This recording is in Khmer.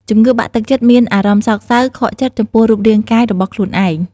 ជំងឺបាក់ទឹកចិត្តមានអារម្មណ៍សោកសៅ ខកចិត្តចំពោះរូបរាងកាយរបស់ខ្លួនឯង។